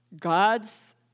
God's